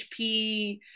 hp